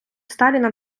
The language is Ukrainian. сталіна